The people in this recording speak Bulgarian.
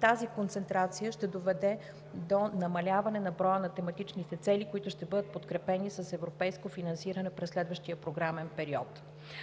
тази концентрация ще доведе до намаляване на броя на тематичните цели, които ще бъдат подкрепени с европейско финансиране през следващия програмен период.